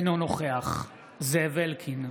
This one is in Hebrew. אינו נוכח זאב אלקין,